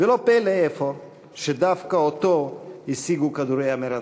ולא פלא אפוא שדווקא אותו השיגו כדורי המרצחים.